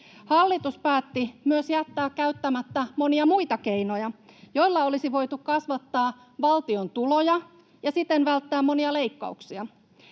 Hallitus päätti jättää käyttämättä myös monia muita keinoja, joilla olisi voitu kasvattaa valtion tuloja ja siten välttää monia leikkauksia.